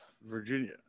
Virginia